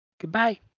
goodbye